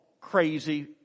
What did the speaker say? crazy